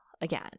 again